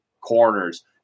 corners